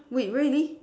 wait really